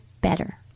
better